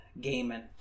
gaming